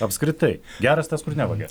apskritai geras tas kur nevagia